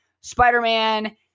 Spider-Man